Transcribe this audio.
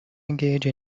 engage